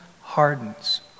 hardens